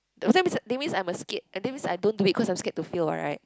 does that mean that's mean I'm scared that's mean I don't do it cause I'm scared to fail [what] right